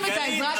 אני מתחנן,